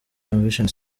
convention